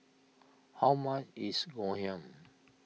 how much is Ngoh Hiang